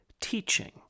teaching